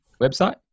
website